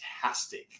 fantastic